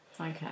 Okay